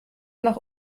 nach